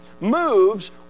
moves